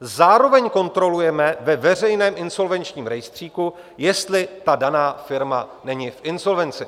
Zároveň kontrolujeme ve veřejném insolvenčním rejstříku, jestli ta daná firma není v insolvenci.